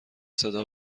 صدا